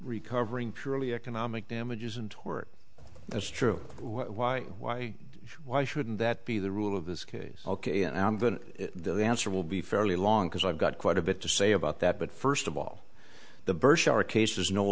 recovering purely economic damages and toward that's true why why why shouldn't that be the rule of this case ok the answer will be fairly long because i've got quite a bit to say about that but first of all the